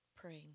praying